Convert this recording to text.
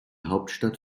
hauptstadt